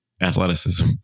athleticism